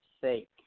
sake